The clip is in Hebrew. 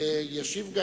ישיב.